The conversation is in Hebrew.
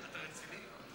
אתה רציני?